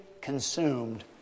consumed